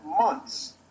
months